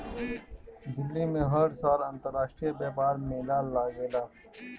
दिल्ली में हर साल अंतरराष्ट्रीय व्यापार मेला लागेला